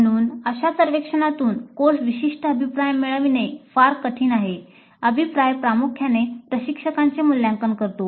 म्हणून अशा सर्वेक्षणातून कोर्स विशिष्ट अभिप्राय मिळविणे फार कठीण आहे अभिप्राय प्रामुख्याने प्रशिक्षकाचे मूल्यांकन करतो